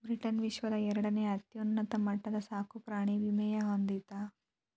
Britain ವಿಶ್ವದ ಎರಡನೇ ಅತ್ಯುನ್ನತ ಮಟ್ಟದ ಸಾಕುಪ್ರಾಣಿ ವಿಮೆಯನ್ನ ಹೊಂದಿತ್ತ